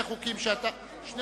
גם